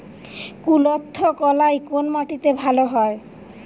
কুলত্থ কলাই কোন মাটিতে ভালো হয়?